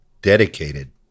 Dedicated